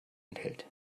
enthält